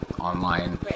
online